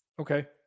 Okay